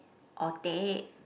or teh